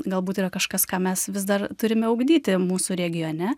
galbūt yra kažkas ką mes vis dar turime ugdyti mūsų regione